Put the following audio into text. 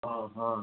ओहो